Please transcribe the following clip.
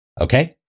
Okay